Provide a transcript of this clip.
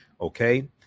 okay